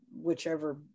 whichever